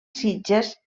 sitges